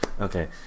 Okay